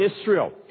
Israel